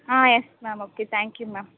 ah yes ma'am okay thank you ma'am